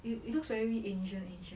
it it looks very ancient ancient